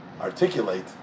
articulate